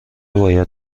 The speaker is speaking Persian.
باید